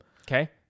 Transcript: Okay